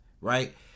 right